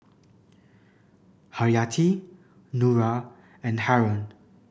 Haryati Nura and Haron